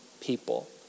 people